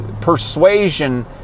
persuasion